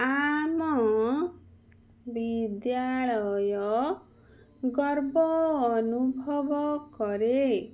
ଆମ ବିଦ୍ୟାଳୟ ଗର୍ବ ଅନୁଭବ କରେ